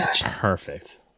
Perfect